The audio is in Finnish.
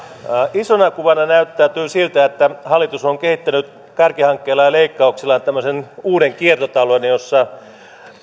isona kuvana näyttäytyy siltä että hallitus on kehittänyt kärkihankkeilla ja leikkauksillaan tämmöisen uuden kiertotalouden jossa